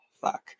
fuck